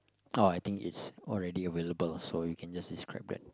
oh I think it's not really available lah you can just describe back